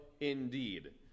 indeed